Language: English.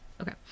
Okay